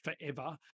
forever